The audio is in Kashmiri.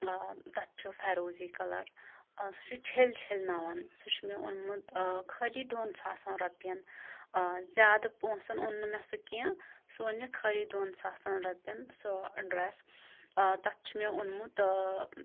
ٲں تَتھ چھُ فیروزی کَلر ٲں سُہ چھُ چھٔلۍ چھٔلۍ نَوان سُہ چھُ مےٚ اوٚنمُت ٲں خٲلی دۄن ساسَن رۄپیَن ٲں زیادٕ پونٛسَن اوٚن نہٕ مےٚ سُہ کیٚنٛہہ سُہ اوٚن مےٚ خٲلی دۄن ساسَن رۄپیَن سُہ ڈرٛیٚس ٲں تَتھ چھُ مےٚ اوٚنمُت ٲں